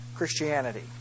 Christianity